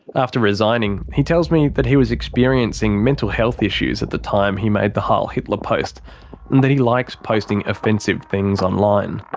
after resigning, he tells me he was experiencing mental health issues at the time he made the heil hitler post and that he likes posting offensive things online.